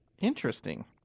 Interesting